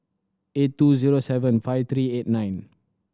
eight two zero seven five three eight nine